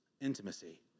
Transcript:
intimacy